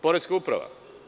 Poreska uprava?